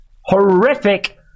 horrific